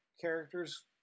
characters